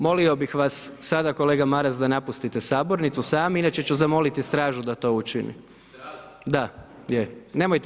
Molio bih vas sada kolega Maras da napustite sabornicu sami inače ću zamoliti stražu da to učiniti. … [[Upadica Maras, ne razumije se.]] Da, je.